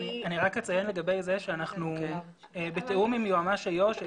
אני רק אציין לגבי זה שאנחנו בתיאום עם יועץ משפטי איו"ש.